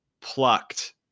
plucked